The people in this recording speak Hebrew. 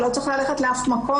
לא צריך ללכת לאף מקום,